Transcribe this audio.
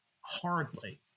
Hardly